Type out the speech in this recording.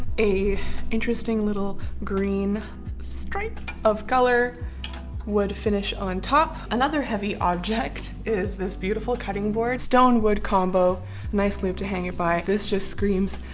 a interesting little green stripe of color wood finish on top. another heavy object is this beautiful cutting board, stone wood combo nice loop to hang it by. this just screams,